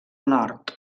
nord